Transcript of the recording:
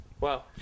Wow